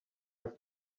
could